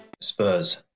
Spurs